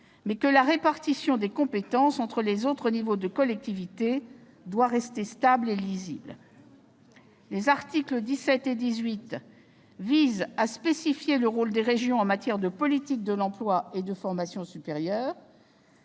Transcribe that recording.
mais la répartition des compétences entre les autres niveaux de collectivités doit rester stable et lisible. Les articles 17 et 18 visent à spécifier le rôle des régions en matière de politique de l'emploi et de formation supérieure.